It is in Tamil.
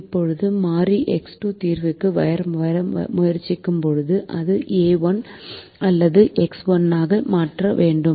இப்போது மாறி X2 தீர்வுக்கு வர முயற்சிக்கும்போது அது a1 அல்லது X1 ஐ மாற்ற வேண்டும்